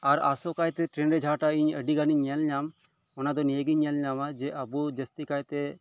ᱟᱨ ᱟᱥᱚ ᱠᱟᱭᱛᱮ ᱴᱨᱮᱱ ᱨᱮ ᱡᱟᱦᱟᱸᱴᱟᱜ ᱤᱧ ᱟᱹᱰᱤ ᱜᱟᱱ ᱤᱧ ᱧᱮᱞ ᱧᱟᱢ ᱚᱱᱟ ᱫᱚ ᱱᱤᱭᱟ ᱜᱤᱧ ᱧᱮᱞ ᱧᱟᱢᱟ ᱡᱮ ᱟᱵᱚ ᱡᱟᱹᱥᱛᱤ ᱠᱟᱭᱛᱮ